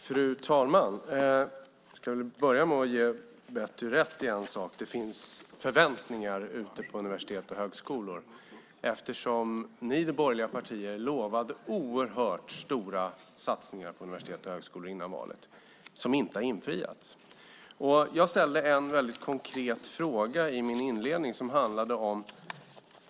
Fru talman! Jag ska börja med att ge Betty rätt i en sak. Det finns förväntningar ute på universitet och högskolor, eftersom ni i de borgerliga partierna före valet lovade oerhört stora satsningar på universitet och högskolor. Det har inte infriats. Jag ställde en väldigt konkret fråga i min inledning.